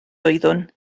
oeddwn